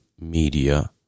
media